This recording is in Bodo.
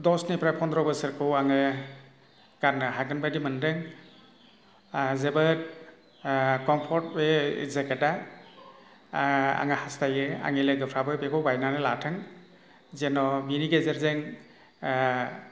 दसनिफ्राय फन्द्र' बोसोरखौ आङो गाननो हागोन बायदि मोनदों जोबोद कमफर्ट बे जेकेटआ आङो हास्थायो आंनि लोगोफ्राबो बेखौ बायनानै लाथों जेन' बिनि गेजेरजों